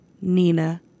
Nina